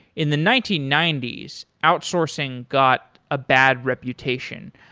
in the nineteen ninety s, outsourcing got a bad reputation.